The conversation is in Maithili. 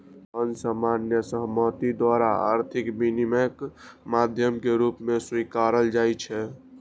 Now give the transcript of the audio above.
धन सामान्य सहमति द्वारा आर्थिक विनिमयक माध्यम के रूप मे स्वीकारल जाइ छै